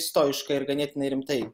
stoiškai ir ganėtinai rimtai